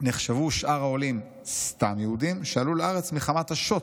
נחשבו שאר העולים 'סתם' יהודים 'שעלו לארץ מחמת השוט',